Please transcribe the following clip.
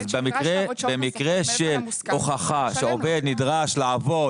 במקרה של הוכחה שהעובד נדרש לעבוד